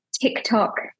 TikTok